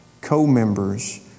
co-members